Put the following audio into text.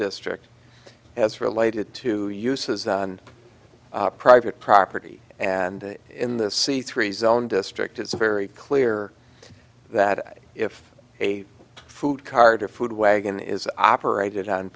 district as related to uses on private property and in the c three zone district is very clear that if a food cart or food wagon is operated on